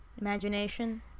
Imagination